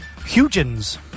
Hugens